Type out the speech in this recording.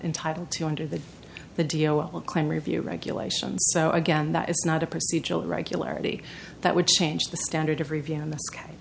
entitled to under the the d o all claim review regulations so again that it's not a procedural regularity that would change the standard of review in th